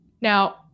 Now